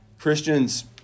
Christians